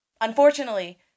Unfortunately